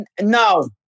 No